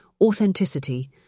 authenticity –